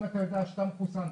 אם אתה יודע שאתה מחוסן,